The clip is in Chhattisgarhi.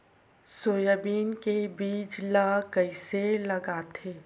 सोयाबीन के बीज ल कइसे लगाथे?